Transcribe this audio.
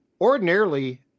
ordinarily